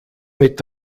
mit